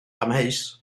amheus